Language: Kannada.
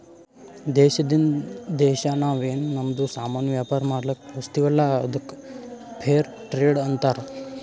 ದೇಶದಿಂದ್ ದೇಶಾ ನಾವ್ ಏನ್ ನಮ್ದು ಸಾಮಾನ್ ವ್ಯಾಪಾರ ಮಾಡ್ಲಕ್ ಕಳುಸ್ತಿವಲ್ಲ ಅದ್ದುಕ್ ಫೇರ್ ಟ್ರೇಡ್ ಅಂತಾರ